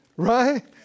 Right